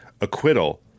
acquittal